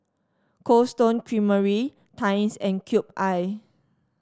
Cold Stone Creamery Times and Cube I